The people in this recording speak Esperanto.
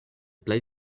plej